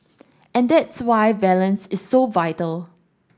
and that's why balance is so vital